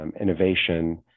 innovation